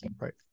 Right